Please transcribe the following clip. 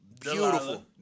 Beautiful